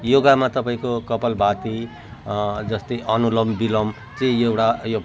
योगामा तपाईँको कपालभाती जस्तै अनुलोम विलोम चाहिँ एउटा